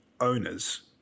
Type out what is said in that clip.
owners